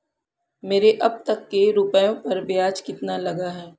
मेरे अब तक के रुपयों पर ब्याज कितना लगा है?